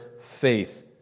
faith